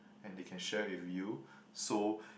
and they can share with you so